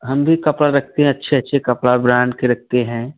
हम भी कपड़ा रखते हैं अच्छे अच्छे कपड़ा ब्रांड के रखते हैं